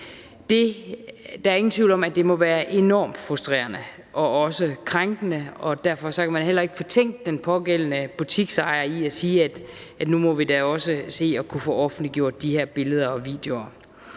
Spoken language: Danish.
er der ingen tvivl om, at det må være enormt frustrerende og også krænkende. Derfor kan man heller ikke fortænke den pågældende butiksejer i at sige: Nu må vi da også se at kunne få offentliggjort de her billeder og videoer.